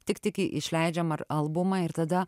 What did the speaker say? tik tik išleidžiam ar albumą ir tada